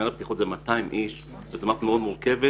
זה 200 איש וזה מאוד מורכב,